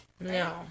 No